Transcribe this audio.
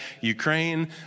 Ukraine